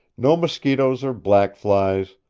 no mosquitoes or black flies,